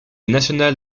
nationale